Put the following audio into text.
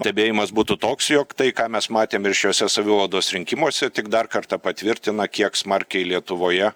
stebėjimas būtų toks jog tai ką mes matėm ir šiuose savivaldos rinkimuose tik dar kartą patvirtina kiek smarkiai lietuvoje